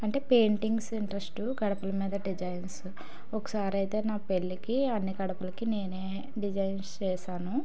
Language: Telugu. అంటే పెయింటింగ్స్ ఇంట్రస్ట్ గడపల మీద డిజైన్స్ ఒకసారి అయితే నా పెళ్ళికి అన్ని గడపలకి నేను డిజైన్స్ చేశాను